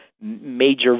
major